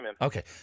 Okay